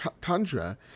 tundra